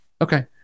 Okay